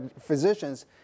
physicians